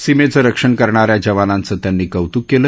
सीमेचा रक्षण करणाऱ्या जवानांचं त्यांनी कौतूक केलं